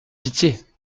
pitié